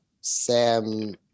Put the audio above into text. Sam